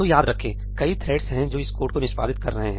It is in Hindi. तो याद रखें कई थ्रेड्स हैं जो इस कोड को निष्पादित कर रहे हैं